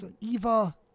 Eva